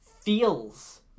feels